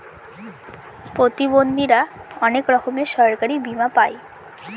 প্রতিবন্ধীরা অনেক রকমের সরকারি বীমা পাই